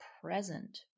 present